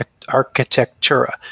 Architectura